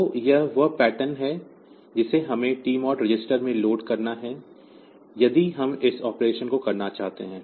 तो यह वह पैटर्न है जिसे हमें टीमोड रजिस्टर में लोड करना है यदि हम इस ऑपरेशन को करना चाहते हैं